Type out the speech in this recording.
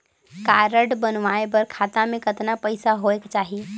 Card बनवाय बर खाता मे कतना पईसा होएक चाही?